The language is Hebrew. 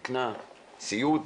קצבאות זיקנה, סיעוד,